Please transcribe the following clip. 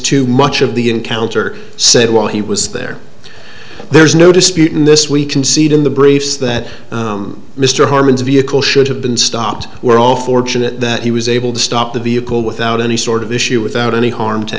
to much of the encounter said while he was there there's no dispute in this we concede in the briefs that mr harman's vehicle should have been stopped we're all fortunate that he was able to stop the vehicle without any sort of issue without any harm to